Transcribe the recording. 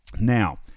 Now